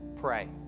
pray